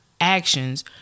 actions